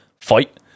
fight